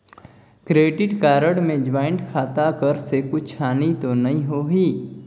Credit card मे joint खाता कर से कुछ हानि तो नइ होही?